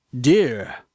dear